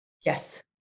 Yes